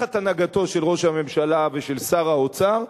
תחת הנהגת ראש הממשלה ושר האוצר,